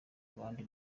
abandi